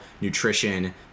nutrition